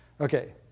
okay